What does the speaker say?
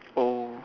oh